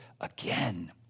again